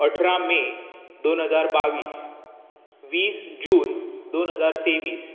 अठरा मे दोन हजार बावीस वीस जून दोन हजार तेवीस